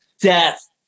death